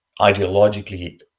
ideologically